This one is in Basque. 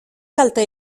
kalte